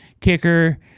kicker